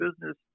business